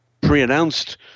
pre-announced